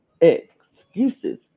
excuses